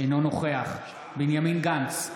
אינו נוכח בנימין גנץ,